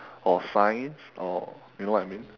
or science or you know what I mean